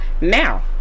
now